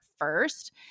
first